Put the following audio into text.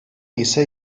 ise